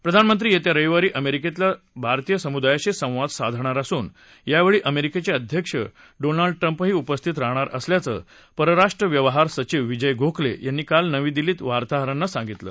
प्रधानमंत्री येत्या रविवारी अमेरिकेतल्या भारतीय समुदायाशी संवाद साधणार असून यावेळी अमेरिकेचे अध्यक्ष डोनाल्ड ट्रंपही उपस्थित राहणार असल्याचं परराष्ट्र व्यवहार सचिव विजय गोखले यांनी काल नवी दिल्लीत वार्ताहरांना सांगितलं